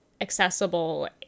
accessible